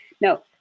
no